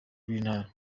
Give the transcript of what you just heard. rw’intara